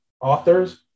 authors